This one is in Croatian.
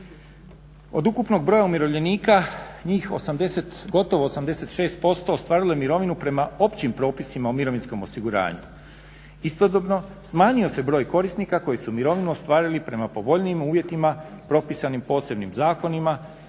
Od ukupnog broja umirovljenika njih gotovo 86% ostvarilo je mirovinu prema općim propisima o mirovinskom osiguranju. Istodobno smanjio se broj korisnika koji su mirovinu ostvarili prema povoljnijim uvjetima propisanih posebnim zakonima